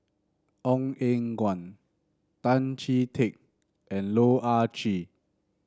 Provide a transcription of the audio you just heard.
Ong Eng Guan Tan Chee Teck and Loh Ah Chee